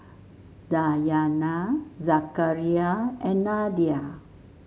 Dayana Zakaria and Nadia